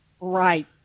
Right